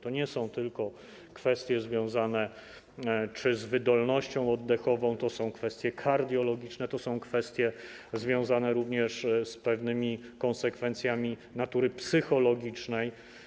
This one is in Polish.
To nie są tylko kwestie związane z wydolnością oddechową, to są kwestie kardiologiczne, to są kwestie związane również z pewnymi konsekwencjami natury psychologicznej.